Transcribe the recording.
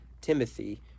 Timothy